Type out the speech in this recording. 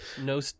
No